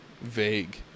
vague